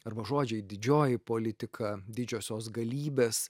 arba žodžiai didžioji politika didžiosios galybės